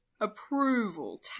approval